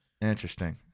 interesting